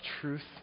truth